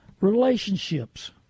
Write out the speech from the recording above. relationships